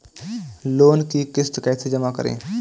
Loan की किश्त कैसे जमा करें?